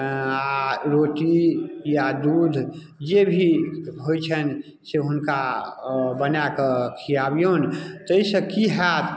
अऽ आओर रोटी या दूध जे भी होइ छनि से हुनका अऽ बनाकऽ खियाबियौन तैसँ की हैत